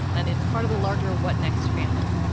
and it's part of the larger what next family.